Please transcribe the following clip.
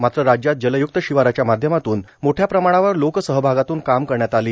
मात्र राज्यात जलय्क्त शिवाराच्या माध्यमातून मोठया प्रमाणावर लोकसहभागातून कामं करण्यात आली